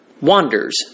wanders